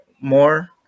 more